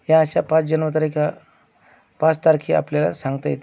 ह्या अशा पाच जन्मतारिखा पाच तारखी आपल्याला सांगता येतील